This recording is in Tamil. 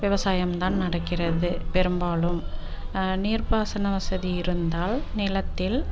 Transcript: விவசாயம் தான் நடக்கிறது பெரும்பாலும் நீர்ப்பாசன வசதி இருந்தால் நிலத்தில்